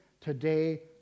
today